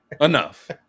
enough